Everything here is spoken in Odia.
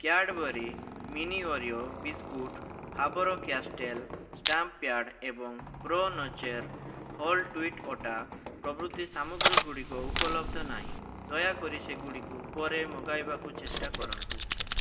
Cadbury mini Oreo biscuit Faber Castell stamp pad ଏବଂ Pro Nature whole wheat atta ପ୍ରଭୃତି ସାମଗ୍ରୀ ଗୁଡ଼ିକ ଉପଲବ୍ଧ ନାହିଁ ଦୟାକରି ସେଗୁଡ଼ିକୁ ପରେ ମଗାଇବାକୁ ଚେଷ୍ଟା କରନ୍ତୁ